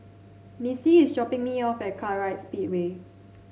Missy is dropping me off at Kartright Speedway